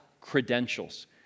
credentials